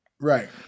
Right